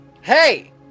Hey